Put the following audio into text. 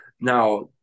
Now